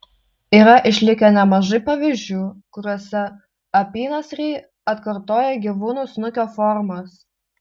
yra išlikę nemažai pavyzdžių kuriuose apynasriai atkartoja gyvūnų snukio formas